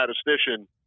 statistician